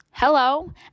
Hello